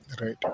Right